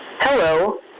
Hello